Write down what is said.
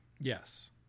yes